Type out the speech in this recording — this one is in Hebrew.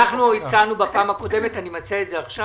אנחנו הצענו בפעם הקודמת ואני מציע את זה עכשיו,